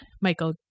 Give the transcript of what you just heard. Michael